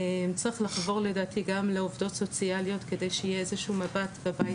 צריך לחבור לדעתי גם לעובדות סוציאליות כדי שיהיה איזשהו מבט בבית,